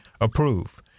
approve